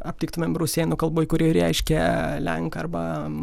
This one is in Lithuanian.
aptiktumėm rusėnų kalboj kuri reiškia lenką arba